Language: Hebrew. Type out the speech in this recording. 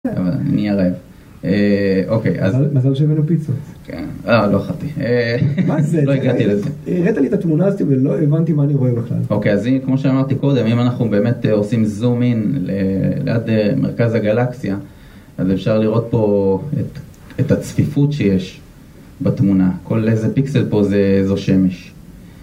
אני אהיה רעב.. מזל שהבאנו פיצות. כן, אה, לא אכלתי. מה זה? לא הגעתי לזה. הראת לי את התמונה הזאתי ולא הבנתי מה אני רואה בכלל. אוקיי אז אם, כמו שאמרתי קודם, אם אנחנו באמת עושים זום אין ליד מרכז הגלקסיה, אז אפשר לראות פה את הצפיפות שיש בתמונה כל איזה פיקסל פה זה איזו שמש